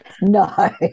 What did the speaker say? No